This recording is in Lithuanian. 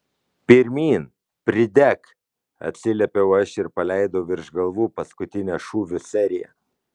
pirmyn pridek atsiliepiau aš ir paleidau virš galvų paskutinę šūvių seriją